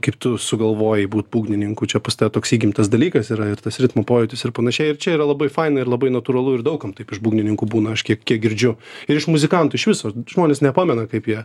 kaip tu sugalvojai būt būgnininku čia pas tave toks įgimtas dalykas yra ir tas ritmo pojūtis ir panašiai ir čia yra labai faina ir labai natūralu ir daug kam taip iš būgnininkų būna aš kiek kiek girdžiu ir iš muzikantų iš viso žmonės nepamena kaip jie